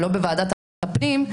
ולא בוועדת הפנים,